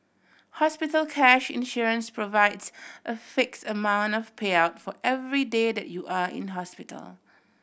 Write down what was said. hospital cash insurance provides a fix amount of payout for every day that you are in hospital